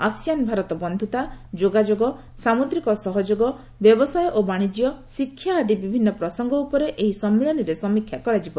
ASEAN Bharat ବନ୍ଧୁତା ଯୋଗାଯୋଗ ସାମୁଦ୍ରିକ ସହଯୋଗ ବ୍ୟବସାୟ ଓ ବାଣିକ୍ୟ ଶିକ୍ଷା ଆଦି ବିଭିନ୍ନ ପ୍ରସଙ୍ଗ ଉପରେ ଏହି ସମ୍ମିଳନୀରେ ସମୀକ୍ଷା କରାଯିବ